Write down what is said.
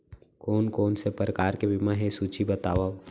कोन कोन से प्रकार के बीमा हे सूची बतावव?